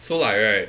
so like right